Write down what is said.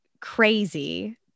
crazy